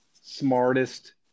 smartest